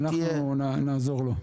אנחנו נעזור לו.